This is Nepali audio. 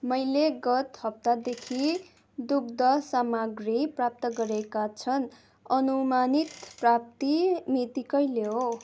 मैले गत हप्तादेखि दुग्ध सामग्री प्राप्त गरेका छन् अनुमानित प्राप्ति मिति कहिले हो